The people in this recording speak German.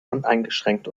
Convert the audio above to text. uneingeschränkt